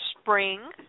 Spring